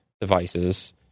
devices